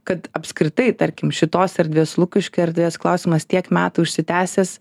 kad apskritai tarkim šitos erdvės lukiškių erdvės klausimas tiek metų užsitęsęs